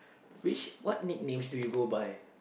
which what nicknames do you go by